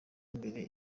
imbere